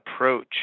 approach